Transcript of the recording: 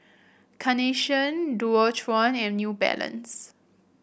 Carnation Dualtron and New Balance